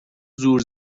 زور